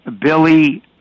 Billy